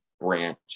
branch